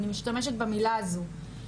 אני משתמשת במילה הזו.